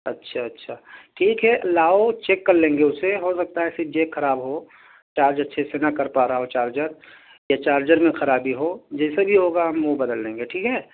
اچھا اچھا ٹھیک ہے لاؤ چیک کر لیں گے اسے ہو سکتا ہے صرف جیک خراب ہو چارج اچھے سے نہ کر پا رہا ہوں چارجر یا چارجر میں خرابی ہو جیسے بھی ہوگا ہم وہ بدل دیں گے ٹھیک ہے